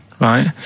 right